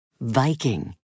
Viking